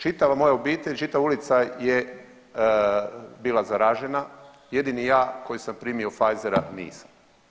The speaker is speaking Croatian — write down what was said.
Čitava moja obitelj, čitava ulica je bila zaražena jedini ja koji sam primio Pfizera nisam.